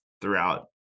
throughout